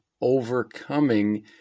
overcoming